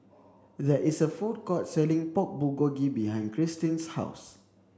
there is a food court selling Pork Bulgogi behind Cristine's house